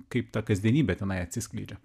kaip ta kasdienybė tenai atsiskleidžia